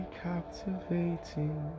captivating